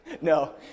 No